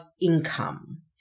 income